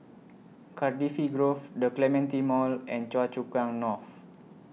Cardifi Grove The Clementi Mall and Choa Chu Kang North